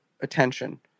attention